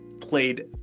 played